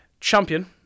Champion